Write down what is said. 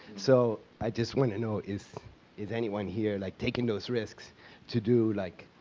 so i just want to know is is anyone here, like, taking those risks to do, like,